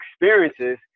experiences